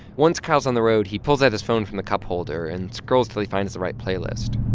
once kyle's on the road, he pulls out his phone from the cupholder and scrolls till he finds the right playlist